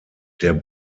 der